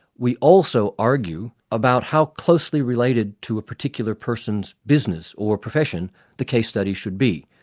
we also argue about how closely related to a particular person's business or profession the case study should be,